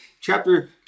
Chapter